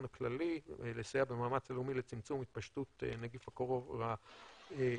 הכללי לסייע במאמץ הלאומי לצמצום התפשטות נגיף הקורונה החדש,